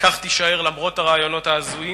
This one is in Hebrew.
וכך תישאר למרות הרעיונות ההזויים